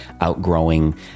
outgrowing